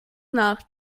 nach